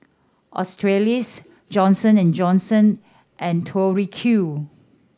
Australis Johnson and Johnson and Tori Q